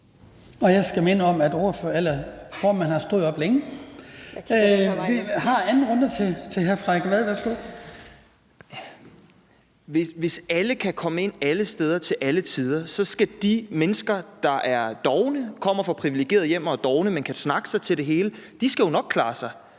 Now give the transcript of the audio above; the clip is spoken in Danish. Hvis alle kan komme ind alle steder til alle tider, skal de mennesker, der kommer fra privilegerede hjem og er dovne, men kan snakke sig til det hele, nok klare sig.